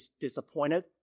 disappointed